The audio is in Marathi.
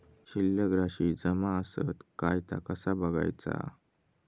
शिल्लक राशी जमा आसत काय ता कसा बगायचा?